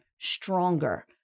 stronger